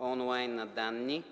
онлайн на данни,